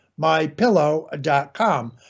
MyPillow.com